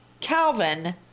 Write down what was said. Calvin